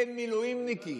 אין מילואימניקים.